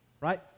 Right